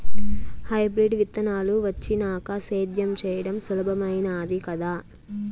hybrid విత్తనాలు వచ్చినాక సేద్యం చెయ్యడం సులభామైనాది కదా